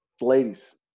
ladies